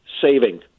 saving